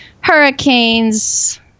hurricanes